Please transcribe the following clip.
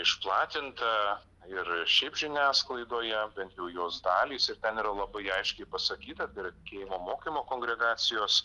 išplatinta ir šiaip žiniasklaidoje bent jau jos dalys ir ten yra labai aiškiai pasakyta yra tikėjimo mokymo kongregacijos